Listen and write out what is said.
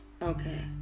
Okay